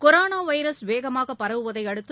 coronavirus வேகமாக பரவுவதையடுத்து